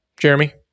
Jeremy